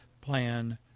plan